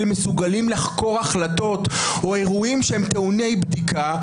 מסוגלים לחקור החלטות או אירועים שהם טעוני בדיקה,